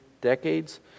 decades